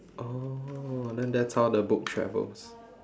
oh then that's how the book travels